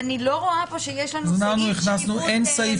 ואיני רואה פה שיש סעיף מפורט.